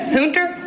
Hunter